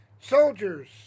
Soldiers